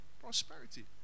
Prosperity